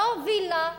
לא וילה,